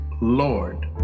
Lord